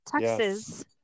Texas